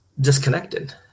disconnected